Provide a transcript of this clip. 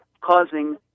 causing